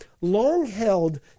long-held